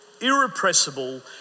irrepressible